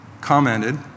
commented